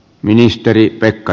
arvoisa puhemies